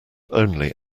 only